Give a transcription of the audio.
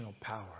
power